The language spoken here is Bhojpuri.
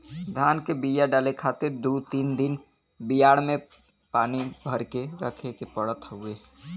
धान के बिया डाले खातिर दू तीन दिन बियाड़ में पानी भर के रखे के पड़त हउवे